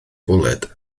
bwled